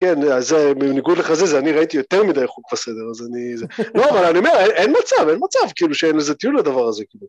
‫כן, אז בניגוד לך זה, ‫זה אני ראיתי יותר מדי חוק וסדר, ‫אז אני... לא, אבל אני אומר, ‫אין מצב, אין מצב, ‫כאילו, שאין לזה טיול לדבר הזה.